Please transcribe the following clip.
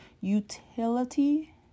Utility